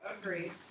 Agreed